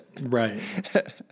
Right